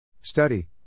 Study